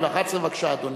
התשע"א 2011. בבקשה, אדוני.